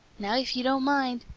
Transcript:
now, if you don't mind,